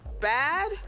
Bad